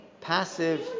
passive